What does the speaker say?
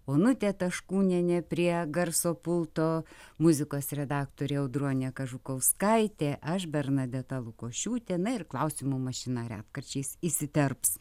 onutė taškūnienė prie garso pulto muzikos redaktorė audronė kažukauskaitė aš bernadeta lukošiūtė na ir klausimų mašina retkarčiais įsiterps